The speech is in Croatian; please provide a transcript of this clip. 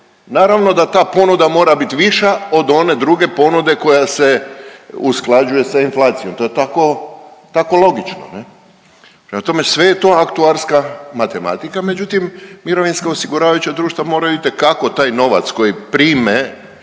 Naravno da ta ponuda mora bit viša od one druge ponude koja se usklađuje sa inflacijom. To je tako logično ne? Prema tome, sve je to aktuarska matematika, međutim mirovinska osiguravajuća društva moraju itekako taj novac koji prime